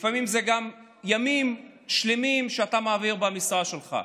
לפעמים זה גם ימים שלמים שאתה מעביר במשרד שלך.